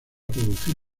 producir